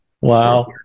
Wow